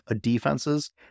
defenses